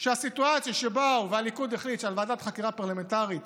שהסיטואציה שהליכוד החליט שהוא תומך בוועדת חקירה פרלמנטרית